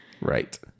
Right